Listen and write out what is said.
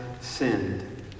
sinned